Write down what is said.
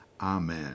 Amen